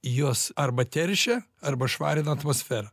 juos arba teršia arba švarina atmosferą